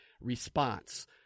response